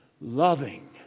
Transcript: loving